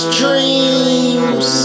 dreams